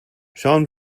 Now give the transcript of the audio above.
schauen